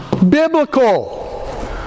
biblical